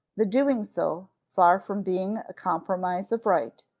the doing so, far from being a compromise of right,